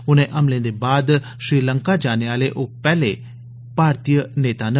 इनें हमलें दे बाद श्रीलंका जाने आले ओ पैहले भारतीय नेता न